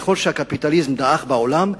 ככל שהקפיטליזם דעך בעולם,